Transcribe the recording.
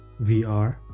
vr